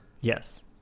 Yes